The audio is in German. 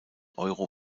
euro